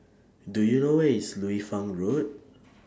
Do YOU know Where IS Liu Fang Road